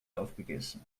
aufgegessen